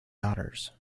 daughters